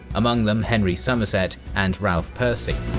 among them henry somerset and ralph percy.